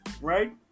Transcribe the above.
right